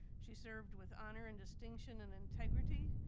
she served with honor and distinction and integrity.